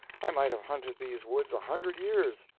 i might have hunted these woods a hundred years,